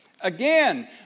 Again